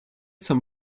some